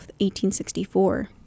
1864